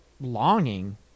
longing